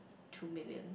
two million